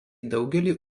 daugelį